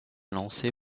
lancée